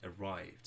arrived